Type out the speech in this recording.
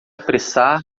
apressar